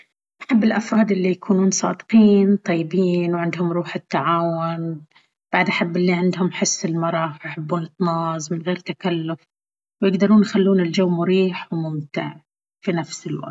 أحب الأفراد اللي يكونون صادقين، طيبين، وعندهم روح التعاون. بعد، أحب اللي عندهم حس المرح ويحبون الطناز من غير تكلف ويقدرون يخلون الجو مريح وممتع في نفس الوقت.